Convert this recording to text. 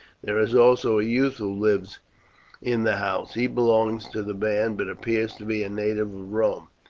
there is also a youth who lives in the house. he belongs to the band, but appears to be a native of rome.